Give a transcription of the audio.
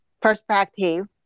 perspective